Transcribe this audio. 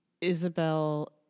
Isabel